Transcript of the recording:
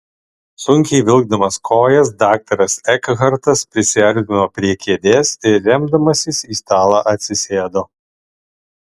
sunkiai vilkdamas kojas daktaras ekhartas prisiartino prie kėdės ir remdamasis į stalą atsisėdo